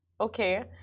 Okay